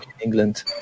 England